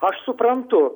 aš suprantu